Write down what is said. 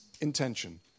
intention